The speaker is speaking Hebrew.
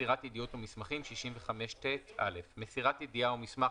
65ט.מסירת ידיעות ומסמכים מסירת ידיעה או מסמך,